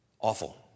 awful